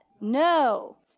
No